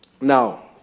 Now